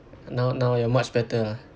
now now you are much better ah